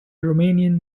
romanian